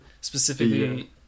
specifically